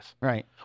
Right